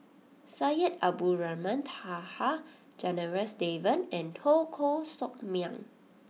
Syed Abdulrahman Taha Janadas Devan and Teo Koh Sock Miang